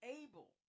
able